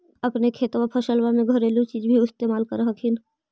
अपने खेतबा फसल्बा मे घरेलू चीज भी इस्तेमल कर हखिन?